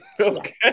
Okay